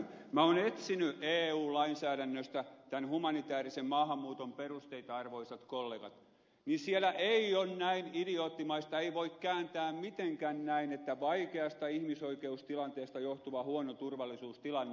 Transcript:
minä olen etsinyt eu lainsäädännöstä tämän humanitäärisen maahanmuuton perusteita arvoisat kollegat ja siellä ei ole mitään näin idioottimaista ei voi kääntää mitenkään näin että vaikeasta ihmisoikeustilanteesta johtuva huono turvallisuustilanne